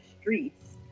streets